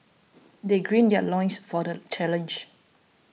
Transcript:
they gird their loins for the challenge